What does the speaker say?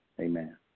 Amen